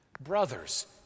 brothers